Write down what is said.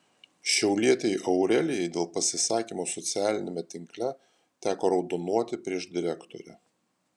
šiaulietei aurelijai dėl pasisakymų socialiniame tinkle teko raudonuoti prieš direktorę